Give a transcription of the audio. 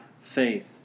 faith